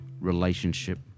relationship